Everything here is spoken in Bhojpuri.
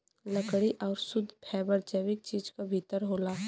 लकड़ी आउर शुद्ध फैबर जैविक चीज क भितर होला